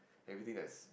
everything that's